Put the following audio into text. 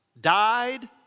died